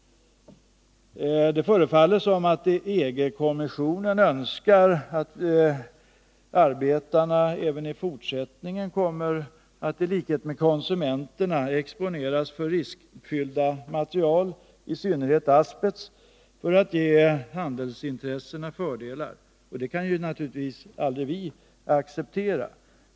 Det förefaller som om EG-kommissionen önskar att arbetarna i likhet med konsumenterna även i fortsättningen skall komma att exponeras för riskfyllda material, i synnerhet asbest, för att ge handelsintressena fördelar. Det kan vi naturligtvis aldrig acceptera.